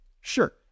Sure